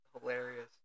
hilarious